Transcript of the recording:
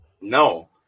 No